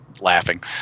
laughing